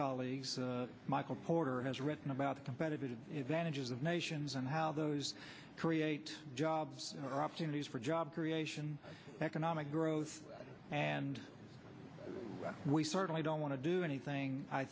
colleagues michael porter has written about competitive advantages of nations and how those create jobs or opportunities for job creation economic growth and we certainly don't want to do anything i